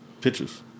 Pictures